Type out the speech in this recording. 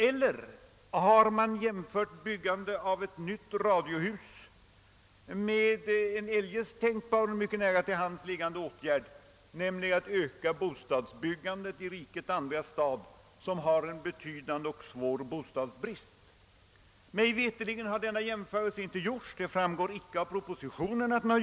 Eller har man jämfört byggandet av ett nytt radiohus med en eljest tänkbar, mycket nära till hands liggande åtgärd, nämligen att öka bostadsbyggandet i rikets andra stad, som har en betydande bostadsbrist? Mig veterligt har dessa jämförelser icke gjorts av regeringen. De finns åtminstone inte redovisade i propositionen.